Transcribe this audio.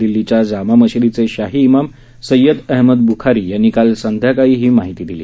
दिल्लीच्या जामा मशिदीचे शाही इमाम सय्यद अहमद बुखारी यांनी काल सायंकाळी ही माहिती दिली